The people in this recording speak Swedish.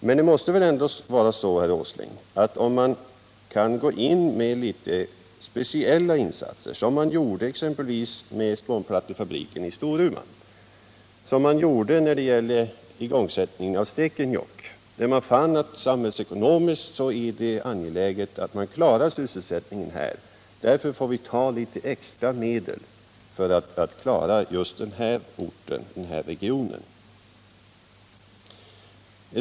Men det måste väl ändå vara så, herr Åsling, att man bör kunna gå in med litet speciella insatser, som man gjorde exempelvis med spånplattefabriken i Storuman och vid igångsättningen i Stekenjokk, där man fann: samhällsekonomiskt är det angeläget att klara sysselsättningen här, och därför får vi satsa litet extra medel för att klara just den här orten, den här regionen.